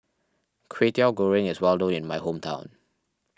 Kwetiau Goreng is well known in my hometown